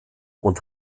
und